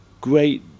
great